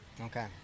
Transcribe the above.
Okay